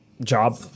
job